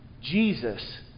Jesus